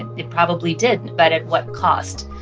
and it probably did, but at what cost?